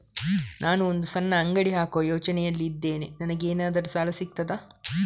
ನಾನು ಒಂದು ಸಣ್ಣ ಅಂಗಡಿ ಹಾಕುವ ಯೋಚನೆಯಲ್ಲಿ ಇದ್ದೇನೆ, ನನಗೇನಾದರೂ ಸಾಲ ಸಿಗ್ತದಾ?